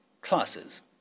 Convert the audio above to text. Classes